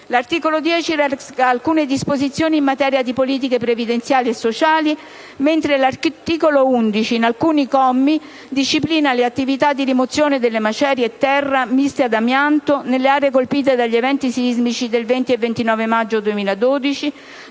L'articolo 10 reca alcune disposizioni in materia di politiche previdenziali e sociali, mentre l'articolo 11, in alcuni commi, disciplina le attività di rimozione delle macerie e terra miste ad amianto nelle aree colpite dagli eventi sismici del 20 e 29 maggio 2012,